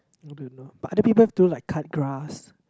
but other people have to do like cut grass